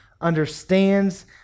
understands